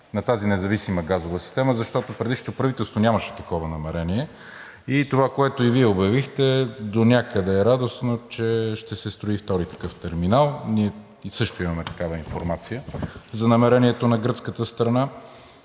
на тази независима газова система, защото предишното правителство нямаше такова намерение. Това, което Вие обявихте, донякъде е радостно, че ще се строи втори такъв терминал – ние също имаме такава информация за намерението на гръцката страна.